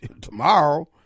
tomorrow